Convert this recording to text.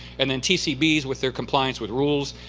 and then tcbs with their compliance with rules.